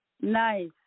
nice